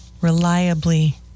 reliably